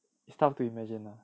it's tough to imagine lah